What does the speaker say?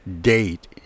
date